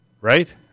right